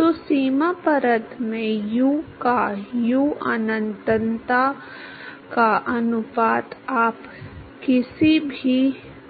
तो सीमा परत में u का u अनंतता का अनुपात आप किसी भी